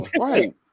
Right